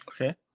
Okay